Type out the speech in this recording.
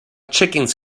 chickens